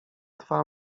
twa